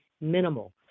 minimal